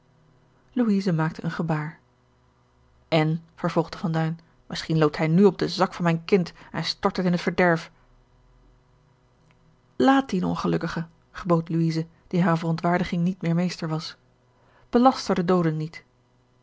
maakte een gebaar en vervolgde van duin misschien loopt hij nu op den zak van mijn kind en stort dit in het verderf laat dien ongelukkige gebood louise die hare verontwaardiging niet meer meester was belaster de dooden niet